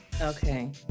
Okay